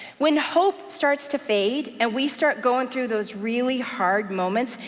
when hope starts to fade, and we start going through those really hard moments,